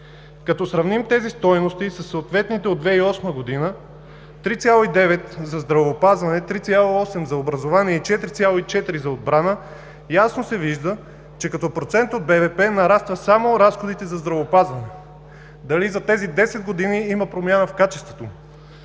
Като сравним тези стойности със съответните от 2008 г. – 3,9 за здравеопазване, 3,8 – за образование, и 4,4 – за отбрана, ясно се вижда, че като процент от БВП нарастват само разходите за здравеопазване. Дали за тези десет години има промяна в качеството?